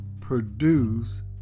produce